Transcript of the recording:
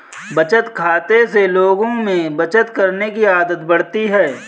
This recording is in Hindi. बचत खाते से लोगों में बचत करने की आदत बढ़ती है